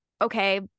okay